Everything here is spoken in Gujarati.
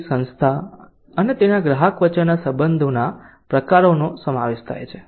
સર્વિસ સંસ્થા અને તેના ગ્રાહક વચ્ચેના સંબંધોના પ્રકારોનો સમાવેશ થાય છે